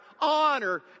honor